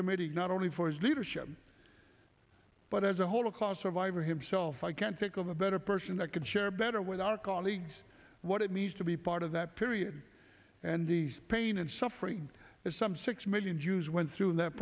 committee not only for his leadership but as a whole cause for viber himself i can't think of a better person that could share better with our colleagues what it means to be part of that period and ease pain and suffering as some six million jews went through in that